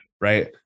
right